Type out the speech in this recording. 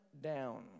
down